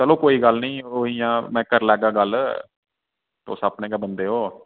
चलो कोई गल्ल नि ओह् इयां मैं करी लैगा गल्ल तुस अपने गै बंदे ओ